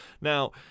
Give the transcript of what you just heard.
Now